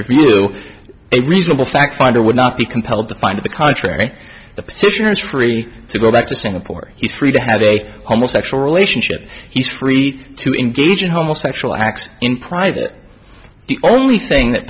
review a reasonable fact finder would not be compelled to find the contrary the petitioner is free to go back to singapore he's free to have a homo sexual relationship he's free to engage in homosexual acts in private the only thing that